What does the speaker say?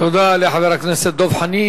תודה לחבר הכנסת דב חנין.